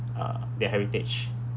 ah their heritage